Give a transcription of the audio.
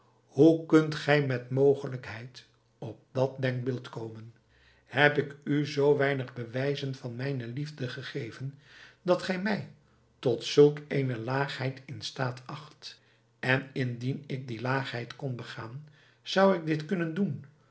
hoe kunt gij met mogelijkheid op dat denkbeeld komen heb ik u zoo weinig bewijzen van mijne liefde gegeven dat gij mij tot zulk eene laagheid in staat acht en indien ik die laagheid kon begaan zou ik dit kunnen doen